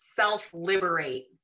self-liberate